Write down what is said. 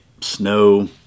snow